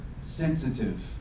sensitive